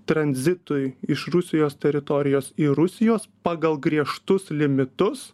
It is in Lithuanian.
tranzitui iš rusijos teritorijos į rusijos pagal griežtus limitus